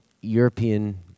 European